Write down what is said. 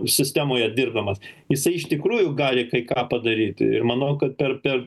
sistemoje dirbdamas jisai iš tikrųjų gali kai ką padaryti ir manau kad per per